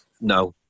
No